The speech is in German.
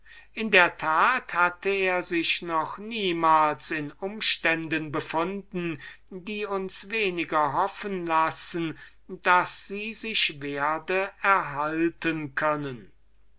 in der tat hatte er sich noch niemals in umständen befunden wo wir weniger hoffen dürfen daß sie sich werde erhalten können